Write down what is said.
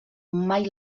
mai